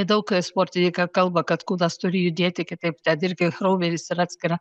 daug sportininkai kalba kad kūnas turi judėti kitaip ten irgi raumenys yra atskira